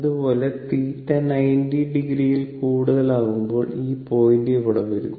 അതുപോലെ θ 900 ൽ കൂടുതലാകുമ്പോൾ ഈ പോയിന്റ് ഇവിടെ വരും